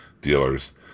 dealers